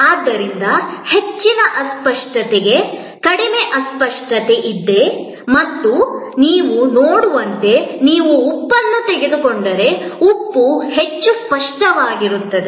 ಆದ್ದರಿಂದ ಹೆಚ್ಚಿನ ಅಸ್ಪಷ್ಟತೆಗೆ ಕಡಿಮೆ ಅಸ್ಪಷ್ಟತೆ ಇದೆ ಮತ್ತು ನೀವು ನೋಡುವಂತೆ ನೀವು ಉಪ್ಪನ್ನು ತೆಗೆದುಕೊಂಡರೆ ಉಪ್ಪು ಹೆಚ್ಚು ಸ್ಪಷ್ಟವಾಗಿರುತ್ತದೆ